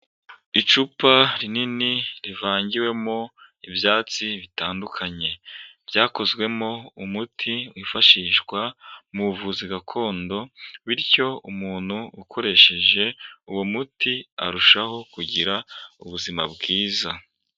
Icupa rinini rivangiwemo ibyatsi bitandukanye, byakozwemo umuti wifashishwa mu buvuzi gakondo bityo umuntu ukoresheje uwo muti, arushaho kugira ubuzima bwiza.